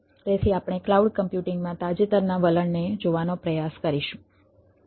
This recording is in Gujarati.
તેથી આપણે ક્લાઉડ કમ્પ્યુટિંગમાં તાજેતરના વલણને જોવાનો પ્રયાસ કરીશું